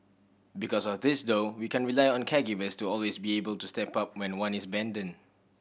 because of this though we can rely on caregivers to always be able to step up when one is abandoned